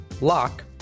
lock